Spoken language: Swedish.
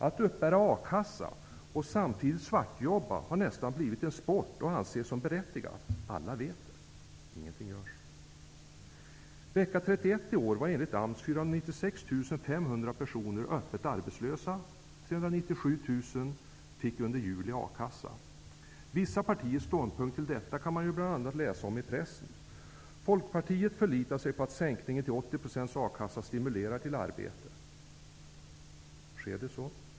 Att uppbära a-kassa och samtidigt jobba svart har nästan blivit en sport. Det anses berättigat. Alla vet det. Ingenting görs. Vissa partiers ståndpunkt när det gäller detta kan man bl.a. läsa om i pressen. Folkpartiet förlitar sig på att sänkningen av akassan till 80 % skall stimulera till arbete. Är det så?